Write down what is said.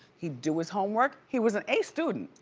he'd do his homework. he was an a student,